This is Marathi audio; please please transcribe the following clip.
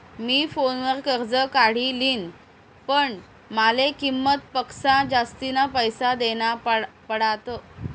मी फोनवर कर्ज काढी लिन्ह, पण माले किंमत पक्सा जास्तीना पैसा देना पडात